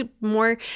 more